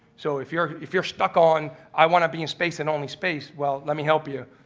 so if you're if you're stuck on i want to be in space and only space, well let me help you,